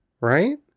Right